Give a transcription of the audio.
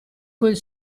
quel